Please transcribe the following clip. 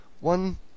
one